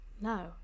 no